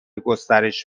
گسترش